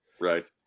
Right